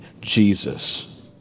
Jesus